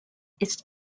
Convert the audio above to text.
ist